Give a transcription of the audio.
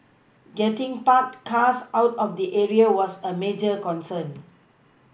getting parked cars out of the area was a major concern